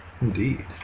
Indeed